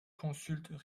consultent